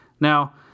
Now